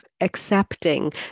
Accepting